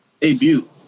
debut